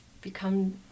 become